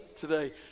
today